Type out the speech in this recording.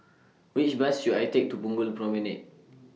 Which Bus should I Take to Punggol Promenade